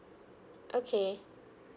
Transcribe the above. okay